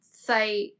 site